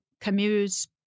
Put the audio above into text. Camus